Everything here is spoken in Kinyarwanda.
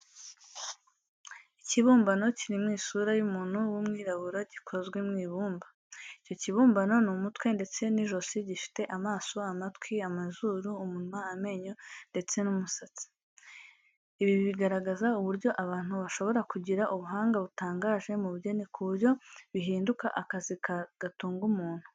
Ikibumbano kiri mu isura y'umuntu w'umwirabura, gikozwe mu ibumba. Icyo kibumbano ni umutwe ndetse n'ijosi, gifite amaso, amatwi, amazuru, umunwa, amenyo ndetse n'umusatsi. Ibi bigaragaza uburyo abantu bashobora kugira ubuhanga butangaje mu bugeni ku buryo bihinduka akazi gatunga umuntu.